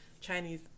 Chinese